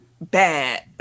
bad